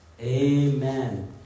Amen